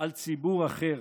על ציבור אחר.